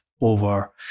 over